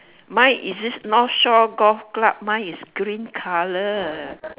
mine is this north shore golf club mine is green colour